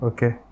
Okay